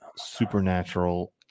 supernatural